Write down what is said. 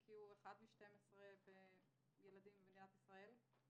כי הוא אחד מ-12 ילדים כמוהו שנמצאים במדינת ישראל,